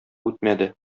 үтмәде